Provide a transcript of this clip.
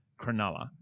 Cronulla